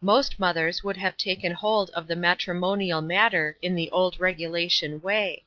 most mothers would have taken hold of the matrimonial matter in the old regulation way